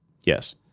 Yes